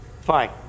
Fine